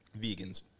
Vegans